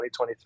2023